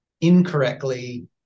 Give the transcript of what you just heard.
incorrectly